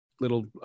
little